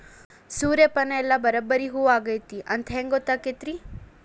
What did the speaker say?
ಸೂರ್ಯಪಾನ ಎಲ್ಲ ಬರಬ್ಬರಿ ಹೂ ಆಗೈತಿ ಅಂತ ಹೆಂಗ್ ಗೊತ್ತಾಗತೈತ್ರಿ?